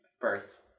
birth